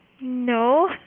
No